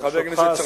וחבר הכנסת צרצור,